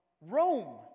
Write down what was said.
Rome